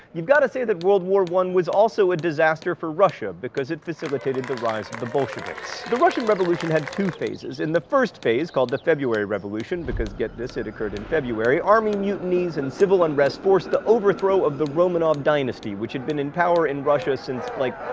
you've gotta say that world war i was also a disaster for russia, because it facilitated the rise of the bolsheviks. the russian revolution had two phases. in the first phase, called the february revolution, because get this, it occurred in february, army mutinies and civil unrest forced the overthrow of the romanov dynasty which had been in power in russia since, like,